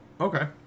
Okay